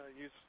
use